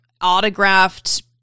autographed